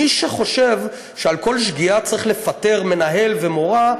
מי שחושב שעל כל שגיאה צריך לפטר מנהל ומורה,